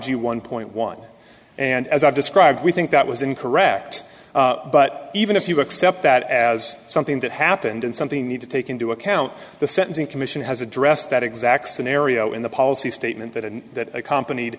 g one point one and as i described we think that was incorrect but even if you accept that as something that happened in something need to take into account the sentencing commission has addressed that exact scenario in the policy statement that in that kompan